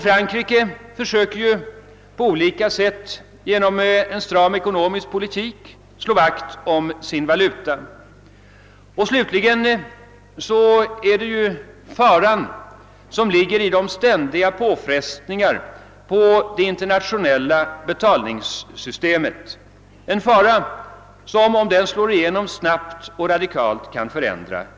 Frankrike försöker på olika sätt genom en stram ekonomisk politik slå vakt om sin valuta. Slutligen har vi att räkna med den fara som de ständiga påfrestningarna på det internationella betalningssystemet innebär. Om dessa påfrestningar blir för stora kan bilden snabbt och radikalt förändras.